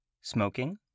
Smoking